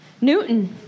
Newton